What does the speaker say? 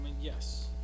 Yes